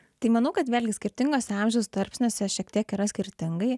tai manau kad vėlgi skirtinguose amžiaus tarpsniuose šiek tiek yra skirtingai